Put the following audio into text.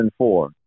2004